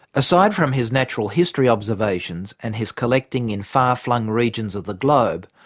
aside from his natural history observations and his collecting in far-flung regions of the globe,